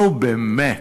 נו, באמת.